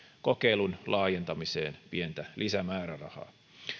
kokeilun laajentamiseen pientä lisämäärärahaa